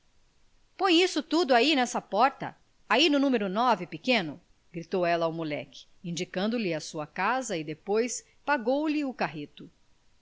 põe isso tudo ai nessa porta ai no numero nove pequeno gritou ela ao moleque indicando-lhe a sua casa e depois pagou-lhe o carreto